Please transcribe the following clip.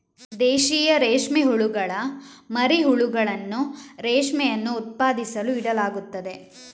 ದೇಶೀಯ ರೇಷ್ಮೆ ಹುಳುಗಳ ಮರಿ ಹುಳುಗಳನ್ನು ರೇಷ್ಮೆಯನ್ನು ಉತ್ಪಾದಿಸಲು ಇಡಲಾಗುತ್ತದೆ